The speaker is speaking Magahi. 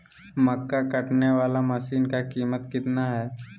मक्का कटने बाला मसीन का कीमत कितना है?